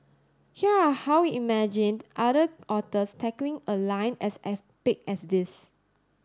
here are how we imagined other authors tackling a line as epic as this